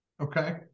Okay